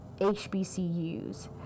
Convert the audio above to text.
HBCUs